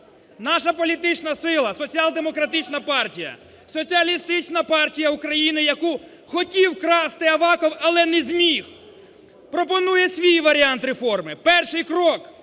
Наша політична сила, Соціал-демократична партія, Соціалістична партія України, яку хотів вкрасти Аваков, але не зміг, пропонує свій варіант реформи. Перший крок.